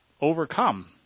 overcome